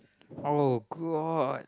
oh god